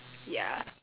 ya